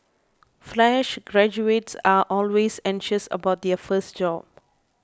fresh graduates are always anxious about their first job